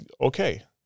okay